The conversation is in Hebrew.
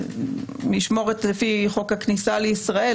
משמורות לפי חוק הכניסה לישראל,